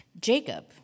Jacob